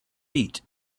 eat